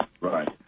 right